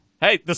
hey